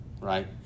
right